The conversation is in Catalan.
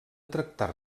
tractar